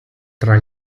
tra